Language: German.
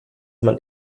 man